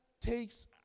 takes